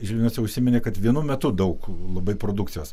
žiniose užsiminei kad vienu metu daug labai produkcijos